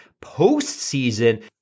post-season